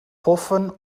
poffen